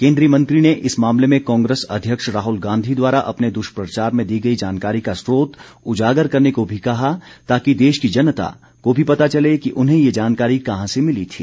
केन्द्रीय मंत्री ने इस मामले में कांग्रेस अध्यक्ष राहुल गांधी द्वारा अपने दुष्प्रचार में दी गई जानकारी का स्रोत उजागर करने को भी कहा ताकि देश की जनता को भी पता चले की उन्हें ये जानकारी कहां से मिली थी